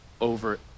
over